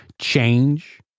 change